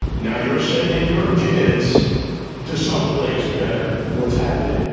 now you're sending your kids to some place better. what's happening?